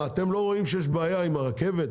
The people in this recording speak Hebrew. אתם לא רואים שיש בעיה עם הרכבת,